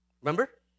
Remember